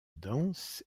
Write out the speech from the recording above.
danse